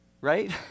right